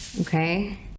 Okay